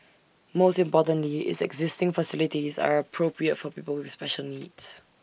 most importantly its existing facilities are appropriate for people with special needs